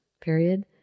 period